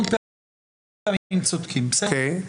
נכון.